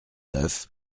neuf